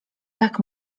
tak